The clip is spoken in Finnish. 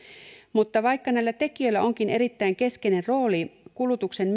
mutta vaikka näillä tekijöillä onkin erittäin keskeinen rooli kulutuksen